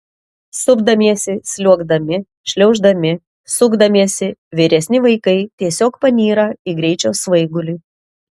supdamiesi sliuogdami šliauždami sukdamiesi vyresni vaikai tiesiog panyra į greičio svaigulį